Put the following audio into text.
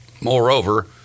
Moreover